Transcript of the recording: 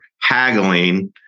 haggling